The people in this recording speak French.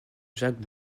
jacques